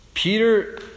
Peter